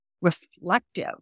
reflective